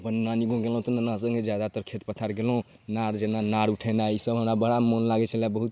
अपन नानी गाम गेलहुँ तऽ नन्ना सङ्गे जादातर खेत पथार गेलहुँ नार जेना नार उठेनाइ ईसब हमरा बड़ा मोन लागै छलै बहुत